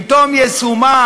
עם תום יישומה,